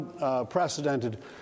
unprecedented